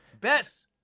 Bess